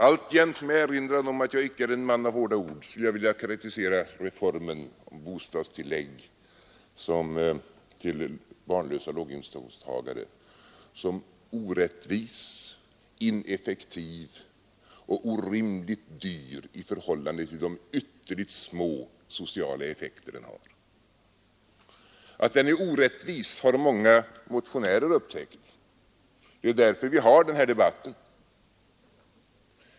Alltjämt med erinran om att jag icke är en vän av hårda ord skulle jag vilja karakterisera reformen om bostadstillägg till barnlösa låginkomsttagare som orättvis, ineffektiv och orimligt dyr i förhållande till de ytterligt små sociala effekter den har. Att den är orättvis har många motionärer upptäckt, och det är därför vi för denna debatt.